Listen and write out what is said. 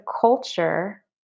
culture